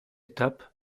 étape